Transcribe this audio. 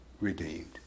redeemed